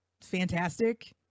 fantastic